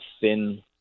thin